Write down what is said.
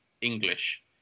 English